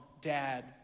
dad